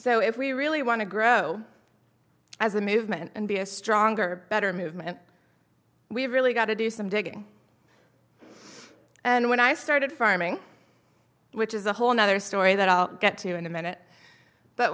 so if we really want to grow as a movement and be a stronger better movement we've really got to do some digging and when i started farming which is a whole nother story that i'll get to in a minute but